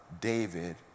David